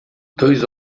dois